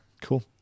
cool